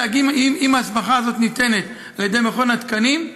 אם ההסמכה הזאת ניתנת על ידי מכון התקנים,